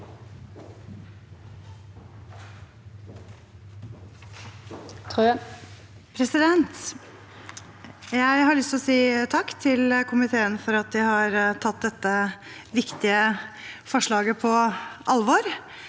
leder): Jeg har lyst til å si takk til komiteen for at den har tatt dette viktige forslaget på alvor.